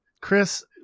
Chris